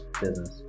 business